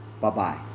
Bye-bye